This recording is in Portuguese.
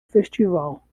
festival